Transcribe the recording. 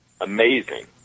amazing